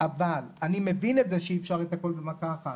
אבל אני מבין את זה שאי אפשר את הכל במכה אחת.